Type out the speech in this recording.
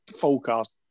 forecast